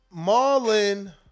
Marlon